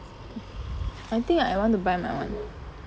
mm I want to buy my [one]